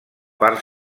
part